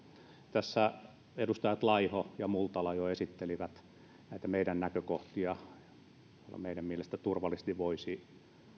tässä edustajat laiho ja multala jo esittelivät näitä meidän näkökohtiamme joilla meidän mielestämme turvallisesti voisi